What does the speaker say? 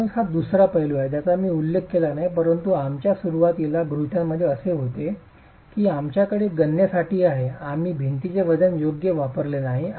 म्हणूनच हा दुसरा पैलू आहे ज्याचा मी उल्लेख केला नाही परंतु आमच्या सुरुवातीच्या गृहितकांमध्ये असे होते हे आमच्या गणनेसाठी आहे आम्ही भिंतीचे वजन योग्य वापरलेले नाही